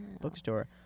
Bookstore